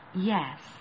yes